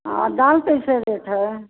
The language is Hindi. हाँ दाल कैसे देते हैं